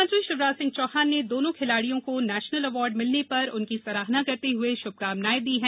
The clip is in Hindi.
मुख्यमंत्री षिवराज सिंह चौहान ने दोनों खिलाड़ियों को राष्ट्रीय अवार्ड मिलने पर उनकी सराहना करते हुए शुभकामनाए दी है